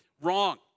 wrong